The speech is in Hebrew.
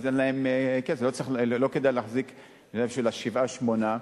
לא כדאי להחזיק בשביל שבעה-שמונה,